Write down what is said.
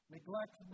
Neglect